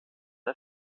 der